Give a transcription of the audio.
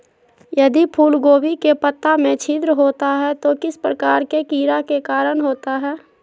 यदि फूलगोभी के पत्ता में छिद्र होता है तो किस प्रकार के कीड़ा के कारण होता है?